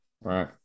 Right